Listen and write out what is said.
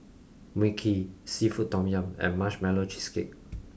mui kee seafood tom yum and marshmallow cheesecake